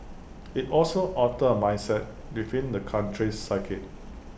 IT also altered A mindset within the country's psyche